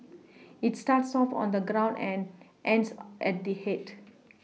it starts off on the ground and ends at the head